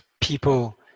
people